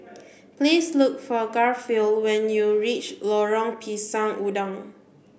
please look for Garfield when you reach Lorong Pisang Udang